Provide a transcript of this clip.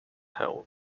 held